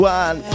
one